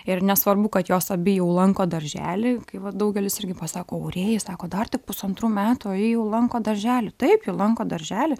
ir nesvarbu kad jos abi jau lanko darželį kai va daugelis irgi pasako aurėjai sako dar tik pusantrų metų o ji jau lanko darželį taip ji lanko darželį